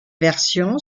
version